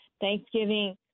Thanksgiving